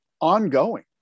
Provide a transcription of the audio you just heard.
ongoing